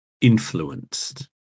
influenced